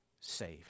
saved